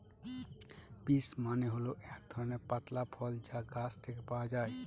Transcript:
peach মানে হল এক ধরনের পাতলা ফল যা গাছ থেকে পাওয়া যায়